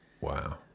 Wow